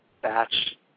batch